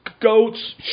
goats